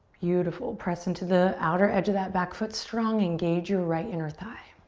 beautiful. press into the outer edge of that back foot strong. engage your right inner thigh.